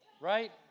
Right